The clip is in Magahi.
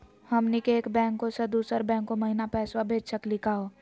हमनी के एक बैंको स दुसरो बैंको महिना पैसवा भेज सकली का हो?